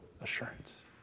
assurance